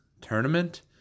tournament